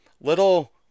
little